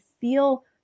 feel